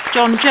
John